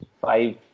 five